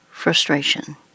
Frustration